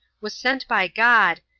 was sent by god,